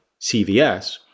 CVS